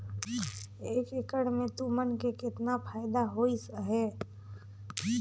एक एकड़ मे तुमन के केतना फायदा होइस अहे